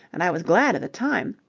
and i was glad at the time,